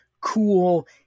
cool